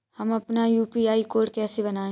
हम अपना UPI code कैसे बनाएँ?